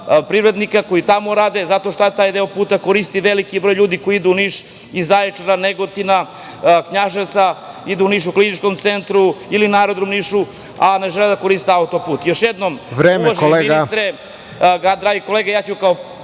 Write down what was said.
privrednika koji tamo rade, zato što taj deo puta koristi veliki broj ljudi koji idu u Niš, iz Zaječara, Negotina, Knjaževca, idu u Niš u Klinički centar, ili na aerodrom u Nišu, a ne žele da koriste autoput. Još jednom, uvaženi ministre, drage kolege, ja ću kao